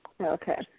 Okay